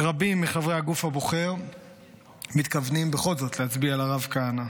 רבים מחברי הגוף הבוחר מתכוונים בכל זאת להצביע לרב כהנא.